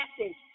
message